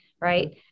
right